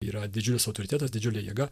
yra didžiulis autoritetas didžiulė jėga